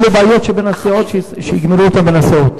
אלה בעיות שבין הסיעות, שיגמרו אותן בין הסיעות.